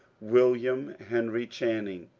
william henry channing.